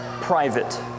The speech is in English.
private